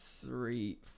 three